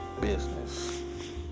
business